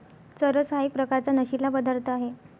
चरस हा एक प्रकारचा नशीला पदार्थ आहे